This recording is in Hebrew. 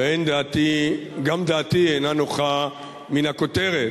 גם דעתי אינה נוחה מהכותרת.